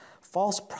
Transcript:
false